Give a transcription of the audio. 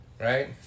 right